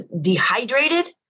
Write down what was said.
dehydrated